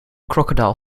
crocodile